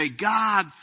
God